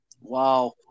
Wow